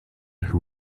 who